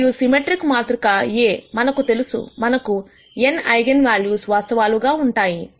మరియు సిమెట్రిక్ మాతృక Aమనకు తెలుసు మనకు n ఐగన్ వాల్యూస్ వాస్తవాలుగా వుంటాయి